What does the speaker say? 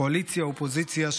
קואליציה ואופוזיציה,